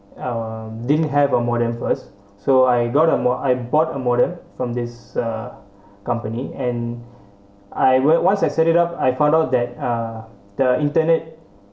uh didn't have a modem first so I got a more I bought a modem from this uh company and I went once I set it up I found out that uh the internet